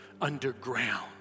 underground